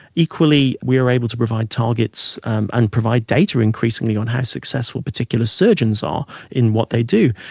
equally we're able to provide targets and provide data increasingly on how successful particular surgeons are in what they do.